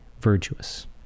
virtuous